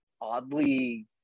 oddly